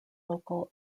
local